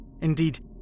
Indeed